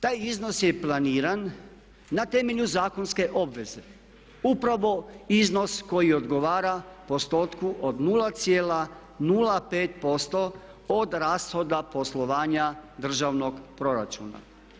Taj iznos je planiran na temelju zakonske obveze upravo iznos koji odgovara postotku od 0,05% od rashoda poslovanja državnog proračuna.